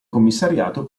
commissariato